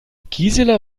gisela